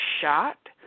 shot